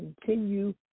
continue